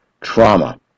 trauma